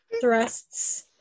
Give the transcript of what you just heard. thrusts